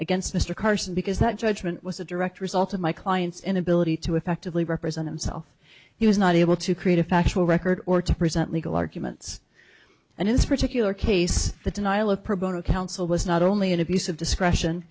against mr carson because that judgment was a direct result of my client's inability to effectively represent himself he was not able to create a factual record or to present legal arguments and inspire take your case the denial of pro bono counsel was not only an abuse of discretion